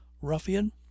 ruffian